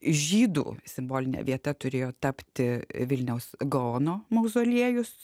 žydų simboline vieta turėjo tapti vilniaus gaono mauzoliejus